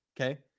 Okay